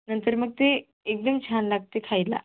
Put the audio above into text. नंतर मग ते एकदम छान लागते खायला